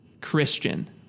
Christian